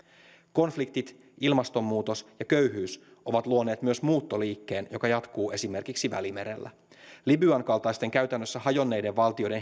konfliktit ilmastonmuutos ja köyhyys ovat luoneet myös muuttoliikkeen joka jatkuu esimerkiksi välimerellä libyan kaltaisten käytännössä hajonneiden valtioiden